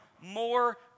more